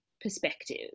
perspective